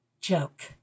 joke